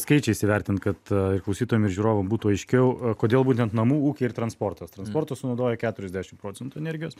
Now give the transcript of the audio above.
skaičiais įvertint kad klausytojam ir žiūrovam būtų aiškiau kodėl būtent namų ūkiai ir transportas transportas sunaudoja keturiasdešim procentų energijos